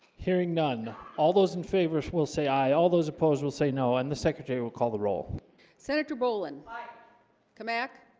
hearing none all those in favor will say aye all those opposed will say no and the secretary will call the roll senator boland like come back